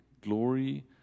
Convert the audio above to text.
glory